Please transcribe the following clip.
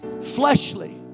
fleshly